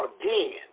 again